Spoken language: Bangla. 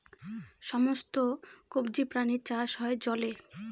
সমস্ত কবজি প্রাণীর চাষ হয় জলে